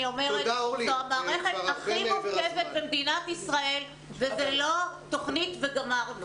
אני אומרת שזאת המערכת הכי מורכבת במדינת ישראל וזאת לא תכנית וגמרנו.